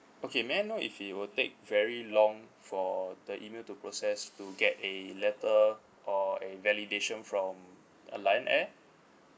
okay may I know if it will take very long for the email to process to get a letter or a validation from uh lion air